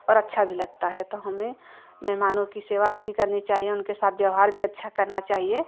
और अच्छा भी लगता है तो हमें मेहमानों की सेवा अच्छी करनी चाहिए उनके साथ व्यवहार भी अच्छा करना चाहिए